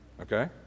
Okay